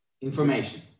information